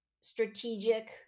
strategic